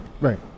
Right